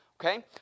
Okay